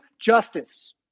Justice